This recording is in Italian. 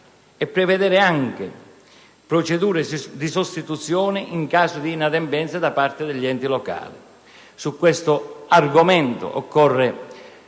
e prevedere procedure di sostituzione in caso di inadempienza da parte degli enti locali. Su tale argomento è